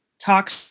talk